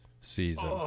season